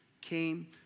came